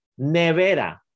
nevera